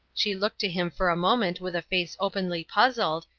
she looked at him for a moment with a face openly puzzled,